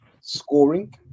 scoring